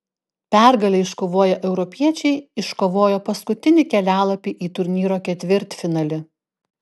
pergalę iškovoję europiečiai iškovojo paskutinį kelialapį į turnyro ketvirtfinalį